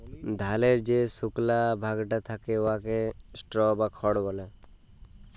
ধালের যে সুকলা ভাগটা থ্যাকে উয়াকে স্ট্র বা খড় ব্যলে